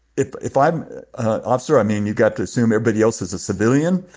if if i'm an officer, i mean, you've got to assume everybody else is a civilian,